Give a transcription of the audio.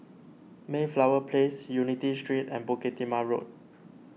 Mayflower Place Unity Street and Bukit Timah Road